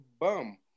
bum